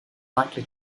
likely